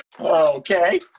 Okay